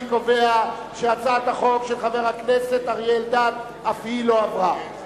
אני קובע שהצעת החוק של חבר הכנסת אריה אלדד אף היא לא עברה.